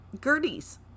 Gertie's